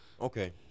Okay